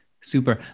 Super